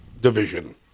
division